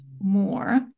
more